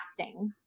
crafting